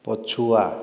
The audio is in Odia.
ପଛୁଆ